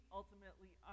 ultimately